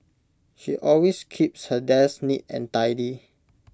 she always keeps her desk neat and tidy